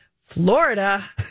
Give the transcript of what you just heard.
Florida